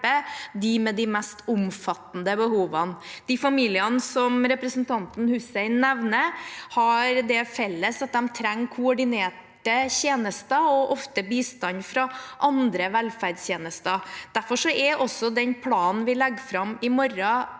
dem med de mest omfattende behovene. De familiene som representanten Hussein nevner, har det til felles at de trenger koordinerte tjenester og ofte bistand fra andre velferdstjenester. Derfor er også den planen vi legger fram i morgen,